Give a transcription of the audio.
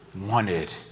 wanted